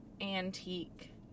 antique